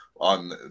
On